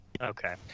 Okay